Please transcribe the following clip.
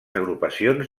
agrupacions